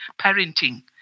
parenting